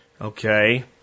Okay